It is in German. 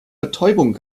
betäubung